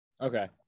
Okay